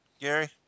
Gary